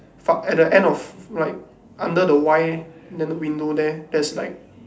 fuck at the end of like under the y then the window there there's like